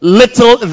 little